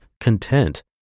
content